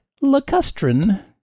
lacustrine